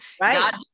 Right